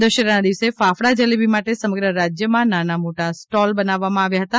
દશેરાના દિવસે ફાફડા જલેબી માટે સમગ્ર રાજ્યમાં નાના મોટા સ્ટોલ બનાવવામાં આવ્યા હતા